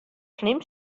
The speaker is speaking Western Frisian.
slim